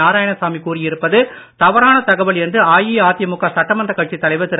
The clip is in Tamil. நாராயணசாமி கூறியிருப்பது தவறான தகவல் என்று அஇஅதிமுக சட்டமன்றக் கட்சித் தலைவர் திரு